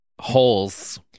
holes